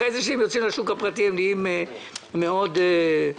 אחרי זה כשהם יוצאים לשוק הפרטי הם נהיים מאוד פזרנים